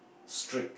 strict